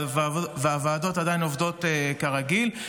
והוועדות עובדות כרגיל.